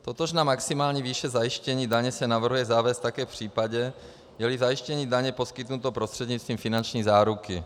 Totožná maximální výše zajištění daně se navrhuje zavést také v případě, jeli zajištění daně poskytnuto prostřednictvím finanční záruky.